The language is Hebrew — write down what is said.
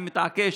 אני מתעקש,